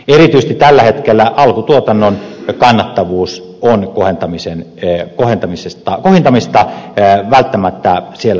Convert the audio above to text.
erityisesti tällä hetkellä alkutuotannon kannattavuudessa on kohentamista välttämättä suoritettava